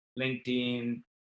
LinkedIn